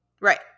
Right